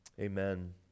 Amen